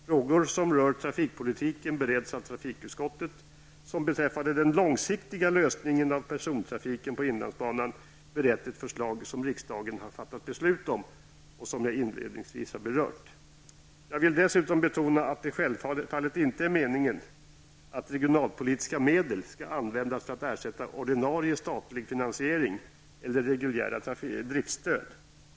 Frågor som rör trafikpolitiken bereds av trafikutskottet, som beträffande den långsiktiga lösningen av persontrafiken på inlandsbanan berett ett förslag som riksdagen har fattat beslut om och som jag inledningsvis har berört. Jag vill dessutom betona att det självfallet inte är meningen att regionalpolitiska medel skall användas för att ersätta ordinarie statlig finansiering eller reguljära driftstöd.